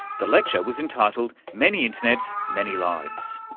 the lecture was entitled many internets, many lives'.